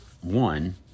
one